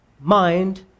mind